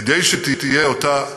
כדי שתהיה אותה הסדרה,